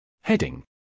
Heading